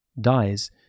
Dies